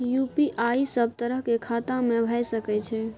UPI सब तरह के खाता में भय सके छै?